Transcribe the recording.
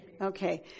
Okay